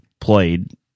played